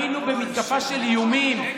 היינו במתקפה של איומים,